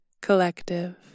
Collective